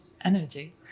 energy